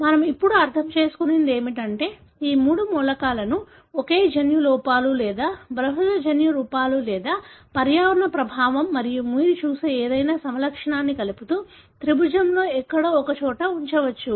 మనం ఇప్పుడు అర్థం చేసుకున్నది ఏమిటంటే ఈ మూడు మూలకాలను ఒకే జన్యు లోపాలు లేదా బహుళ జన్యు లోపాలు లేదా పర్యావరణ ప్రభావం మరియు మీరు చూసే ఏదైనా సమలక్షణాన్ని కలుపుతూ త్రిభుజంలో ఎక్కడో ఒకచోట ఉంచవచ్చు